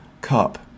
Cup